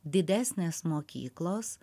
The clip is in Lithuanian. didesnės mokyklos